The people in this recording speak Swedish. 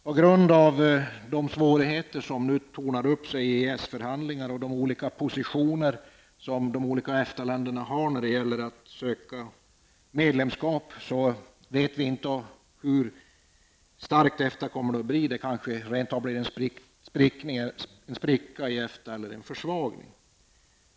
På grund av de svårigheter som nu tornar upp sig i EES-förhandlingarna och de olika EFTA ländernas positioner när det gäller att söka medlemskap vet vi inte hur starkt EFTA kommer att bli. Det kanske rent av blir en spricka i EFTA eller en försvagning av EFTA.